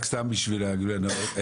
רק סתם בשביל הגילוי הנאות.